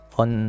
on